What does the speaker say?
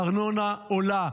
הארנונה עולה,